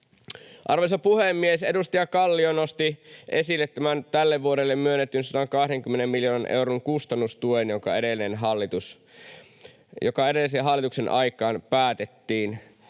Arvoisa puhemies! Edustaja Kallio nosti esille tämän tälle vuodelle myönnetyn 120 miljoonan euron kustannustuen, joka edellisen hallituksen aikaan päätettiin.